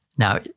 Now